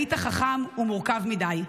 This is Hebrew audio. היית חכם ומורכב מדי.